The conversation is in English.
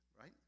right